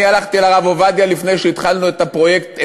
אני הלכתי לרב עובדיה לפני שהתחלנו את הפרויקט,